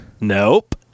Nope